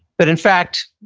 but in fact,